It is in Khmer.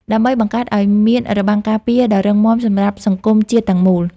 ដើម្បីបង្កើតឱ្យមានរបាំងការពារដ៏រឹងមាំសម្រាប់សង្គមជាតិទាំងមូល។